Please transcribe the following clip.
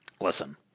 Listen